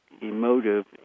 emotive